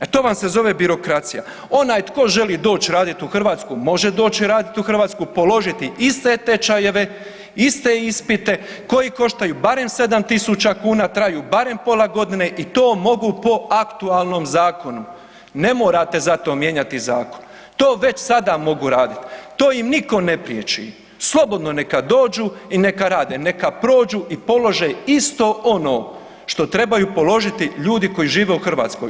E to vam se zove birokracija, onaj tko želi doć i radit u Hrvatsku može doć i radit u Hrvatsku, položiti iste tečajeve, iste ispite koji koštaju barem 7.000 kuna, traju barem pola godine i to mogu po aktualnom zakonu, ne morate za to mijenjati zakon, to već sada mogu radit, to im niko ne priječi, slobodno neka dođu i neka rade, neka prođu i polože isto ono što trebaju položiti ljudi koji žive u Hrvatskoj.